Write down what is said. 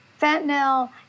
fentanyl